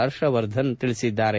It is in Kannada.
ಪರ್ಷವರ್ಧನ್ ಹೇಳಿದ್ದಾರೆ